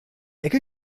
ecke